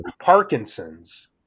Parkinson's